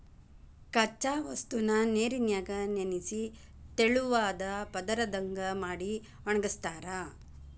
ಕಚ್ಚಾ ವಸ್ತುನ ನೇರಿನ್ಯಾಗ ನೆನಿಸಿ ತೆಳುವಾದ ಪದರದಂಗ ಮಾಡಿ ಒಣಗಸ್ತಾರ